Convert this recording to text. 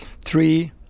three